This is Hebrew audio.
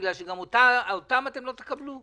בגלל שגם אותן לא תקבלו?